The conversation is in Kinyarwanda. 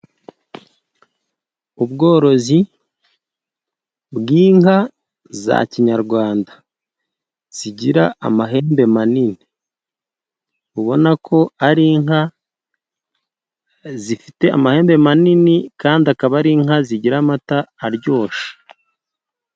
Ubworozi bw'inka za kinyarwanda zigira amahembe manini, ubona ko ari inka zifite amahembe manini kandi akaba ari inka zigira amata aryoshye.